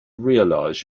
realize